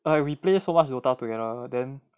we play so much dota together then